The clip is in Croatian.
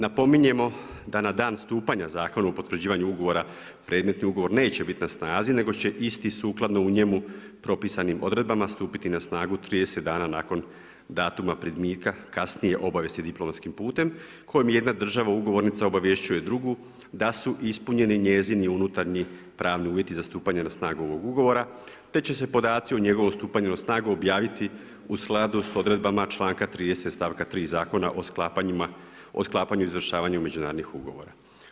Napominjemo da na dan stupanja Zakona o potvrđivanju ugovora predmetni ugovor neće biti na snazi nego će isti sukladno u njemu propisanim odredbama stupiti na snagu 30 dana nakon datuma primitka kasnije obavijesti diplomatskim putem kojim jedna država ugovornica obavješćuje drugu da su ispunjeni njezini unutarnji pravni uvjeti za stupanje na snagu ovog ugovora te će se podaci o njegovom stupanju na snagu objaviti u skladu sa odredbama članka 30. stavka 3. Zakona o sklapanju i izvršavanju međunarodnih ugovora.